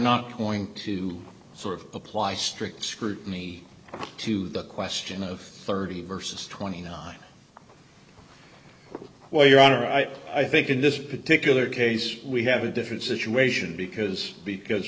not going to sort of apply strict scrutiny to the question of thirty versus twenty nine well your honor i i think in this particular case we have a different situation because because